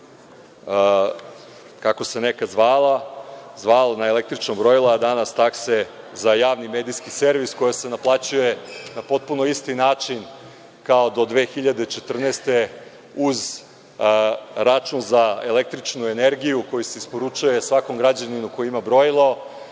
kako se nekada zvalo na električnom brojilu, a danas takse za javni medijski servis koja se naplaćuje na potpuno isti način kao do 2014. godine uz račun za električnu energiju koji se isporučuje svakom građaninu koji ima brojilo. Kada